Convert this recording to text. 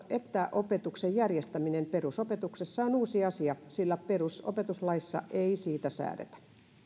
että etäopetuksen järjestäminen perusopetuksessa on uusi asia sillä perusopetuslaissa ei siitä säädetä